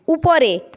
উপরে